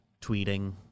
Tweeting